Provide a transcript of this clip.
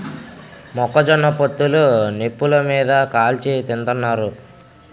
మొక్క జొన్న పొత్తులు నిప్పులు మీది కాల్చి తింతన్నారు